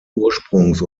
ursprungs